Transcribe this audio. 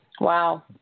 Wow